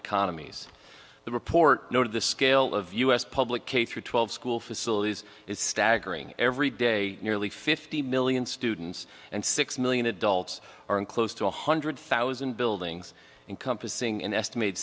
economies the report noted the scale of u s public k through twelve school facilities is staggering every day nearly fifty million students and six million adults are in close to one hundred thousand buildings encompassing an estimate